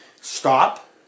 stop